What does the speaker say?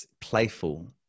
playful